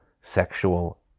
sexual